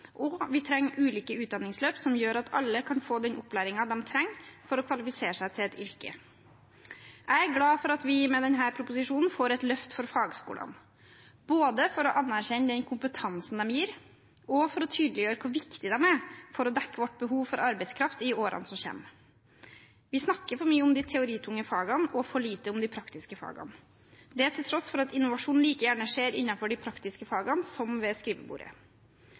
og praktiske studieretninger, og vi trenger ulike utdanningsløp som gjør at alle kan få den opplæringen de trenger for å kvalifisere seg til et yrke. Jeg er glad for at vi med denne proposisjonen får et løft for fagskolene – både for å anerkjenne den kompetansen de gir, og for å tydeliggjøre hvor viktige de er for å dekke vårt behov for arbeidskraft i årene som kommer. Vi snakker for mye om de teoritunge fagene og for lite om de praktiske fagene – det til tross for at innovasjon like gjerne skjer innenfor de praktiske fagene som ved skrivebordet.